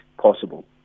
possible